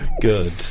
Good